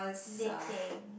knitting